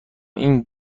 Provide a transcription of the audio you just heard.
این